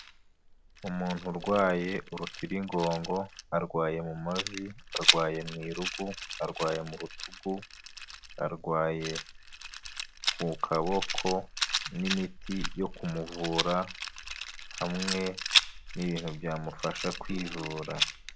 Umuntu urwaye urutirigongo, arwaye mu mavi arwaye mu i rugu, arwaye mu rutugu, arwaye ku kaboko, n'imiti yo kumuvura hamwe n'ibintu byamufasha kwivura.